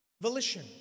volition